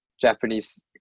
Japanese